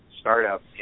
startup